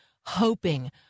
hoping